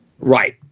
Right